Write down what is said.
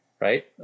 right